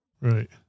Right